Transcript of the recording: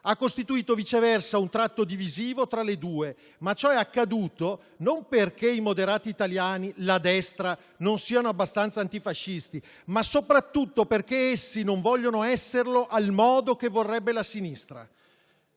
ha costituito viceversa un tratto divisivo tra le due. Ma ciò è accaduto (...) non perché i "moderati" italiani, la destra, non siano abbastanza antifascisti. Ma soprattutto perché essi non vogliono esserlo al modo che vorrebbe la sinistra».